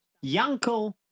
Yanko